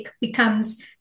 becomes